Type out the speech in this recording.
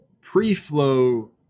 pre-flow